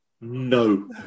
No